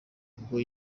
ubwo